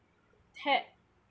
had